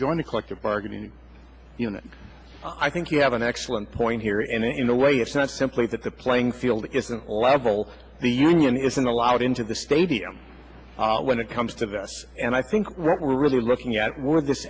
join a collective bargaining unit i think you have an excellent point here in a way it's not simply that the playing field isn't level the union isn't allowed into the stadium when it comes to this and i think what we're really looking at where this